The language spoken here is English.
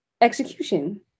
execution